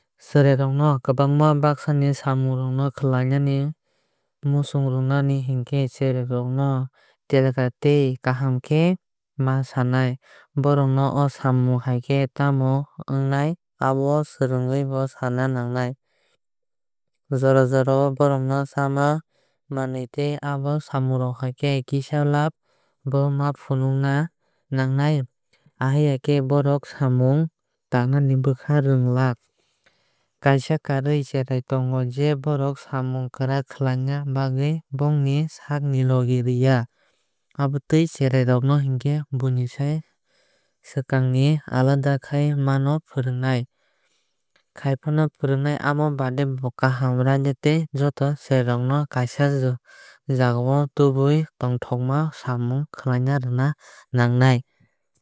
Cherai rokno kwbangma bwsakni samungrok khlainani muchunrunani hinkhe cherrai rok no telkar tei kaham khe ma Sanai. Borok no o samung khaikhe tamo ongnai abono swkrubwui sanai nangnai. Jora jora o borok no chama manwui tei abo samungno khaikhe kisa labh bo funukna nangnai. Ahaikhe borok o samung tangnani bwkha rwgwlag. Kaaisa kainwui cherrai tongo je borok samung kwrak khlaina bagwui bongni sak logi rwya abontui cherra rok khe buinisai swkagwui alaida khai ma fwrungnai. Amo baade bo kaham raida tei joto cherrai rok no kaisa jagao tubui tongthokma samung khlai rwna nangnai.